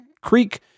Creek